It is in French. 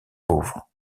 pauvre